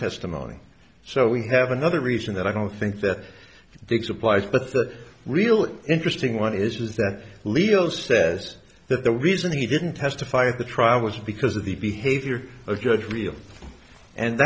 testimony so we have another reason that i don't think that big supplies but the real interesting one is that leo says that the reason he didn't testify at the trial was because of the behavior of judge real and